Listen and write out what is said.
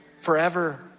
forever